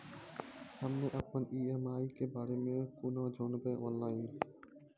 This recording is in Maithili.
हम्मे अपन ई.एम.आई के बारे मे कूना जानबै, ऑनलाइन?